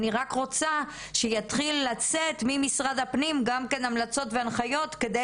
אני רק רוצה שיתחיל לצאת ממשרד הפנים גם כן המלצות והנחיות כדי